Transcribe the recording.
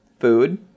food